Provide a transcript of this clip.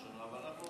ואחרי זה,